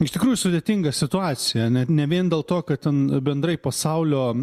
iš tikrųjų sudėtinga situacija net ne vien dėl to kad ten bendrai pasaulio